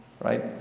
Right